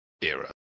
era